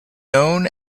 known